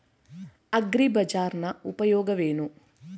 ಅಗ್ರಿಬಜಾರ್ ನ ಉಪಯೋಗವೇನು?